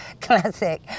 classic